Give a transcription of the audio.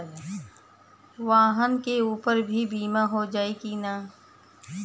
वाहन के ऊपर भी बीमा हो जाई की ना?